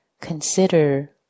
consider